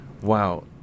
Wow